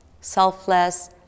selfless